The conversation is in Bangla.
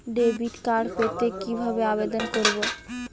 ডেবিট কার্ড পেতে কিভাবে আবেদন করব?